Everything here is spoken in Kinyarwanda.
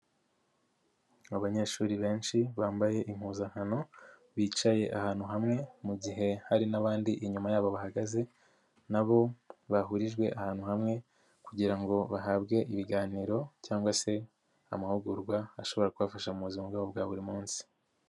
Abanyeshuri benshi bambaye impuzankano, bicaye ahantu hamwe mu gihe hari n'abandi inyuma yabo bahagaze, na bo bahurijwe ahantu hamwe kugira ngo bahabwe ibiganiro cyangwa se amahugurwa ashobora kubafasha mu buzima bwabo bwa buri munsi.